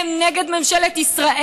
הם נגד ממשלת ישראל,